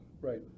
Right